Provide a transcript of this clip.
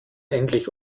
endlich